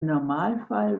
normalfall